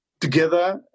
together